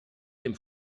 dem